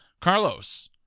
Carlos